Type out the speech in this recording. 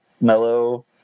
mellow